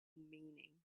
meaning